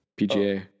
PGA